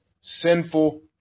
sinful